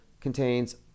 contains